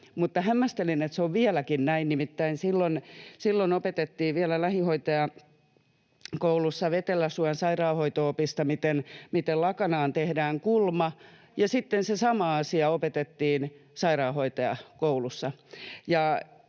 hämmästelen, että se on vieläkin näin. Nimittäin silloin opetettiin vielä lähihoitajakoulussa Veteläsuon Sairaanhoito-opissa, miten lakanaan tehdään kulma, ja sitten se sama asia opetettiin sairaanhoitajakoulussa.